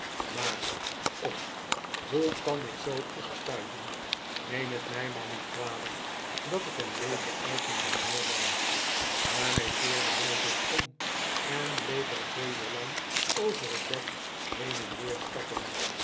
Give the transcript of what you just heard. maar och hoe kan ik zoo opstuiven neem het mij maar niet kwalijk dat ik een beetje uit mijn humeur ben daarmee keerde hij zich om en bleef wel twee uur lang over het dek heen en weer stappen